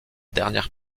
dernière